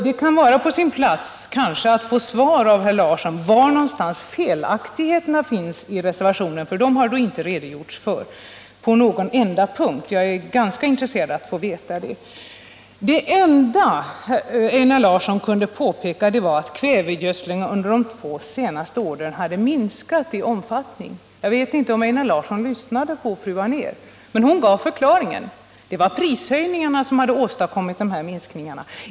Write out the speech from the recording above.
Det kan vara på sin plats att Einar Larsson pekar på var felaktigheterna i reservationen skulle finnas — det har han inte redogjort för på någon enda punkt. Jag är intresserad av att få veta det. Det enda Einar Larsson kunde peka på var att kvävegödslingen hade minskat i omfattning de två senaste åren. Jag vet inte om Einar Larsson lyssnade på Kerstin Anér, men hon gav förklaringen: Det är prishöjningarna som har åstadkommit den minskningen.